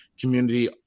community